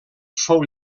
fou